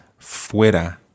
fuera